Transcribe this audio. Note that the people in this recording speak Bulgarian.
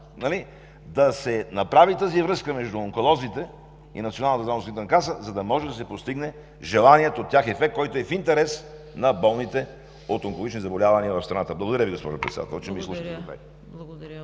да се направи тази връзка между онколозите и Националната здравноосигурителна каса, за да може да се постигне желаният от тях ефект, който е в интерес на болните от онкологични заболявания в страната. Благодаря Ви, госпожо Председател,